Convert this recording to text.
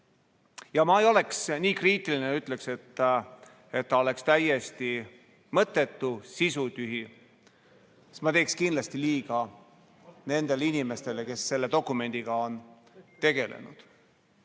Ma ei oleks nii kriitiline, et ütleks, nagu see oleks täiesti mõttetu ja sisutühi. Siis ma teeks kindlasti liiga nendele inimestele, kes selle dokumendiga on tegelenud.